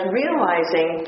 realizing